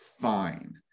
fine